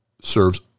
serves